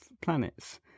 planets